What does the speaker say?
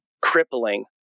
crippling